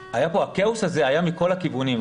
הכאוס הזה היה מכל הכיוונים,